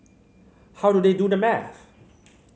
how do they do the math